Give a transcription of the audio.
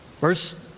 Verse